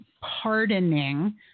Pardoning